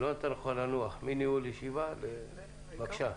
טופורובסקי, בבקשה.